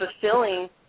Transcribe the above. fulfilling